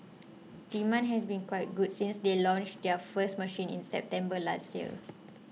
demand has been quite good since they launched their first machine in September last year